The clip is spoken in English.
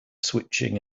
switching